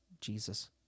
Jesus